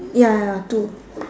ya ya two